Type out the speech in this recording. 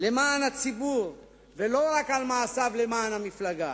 למען הציבור, ולא רק על מעשיו למען המפלגה.